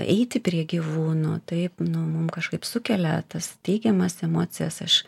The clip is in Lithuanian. eiti prie gyvūnų taip nu mum kažkaip sukelia tas teigiamas emocijas aš